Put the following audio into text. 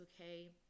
okay